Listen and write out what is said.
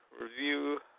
review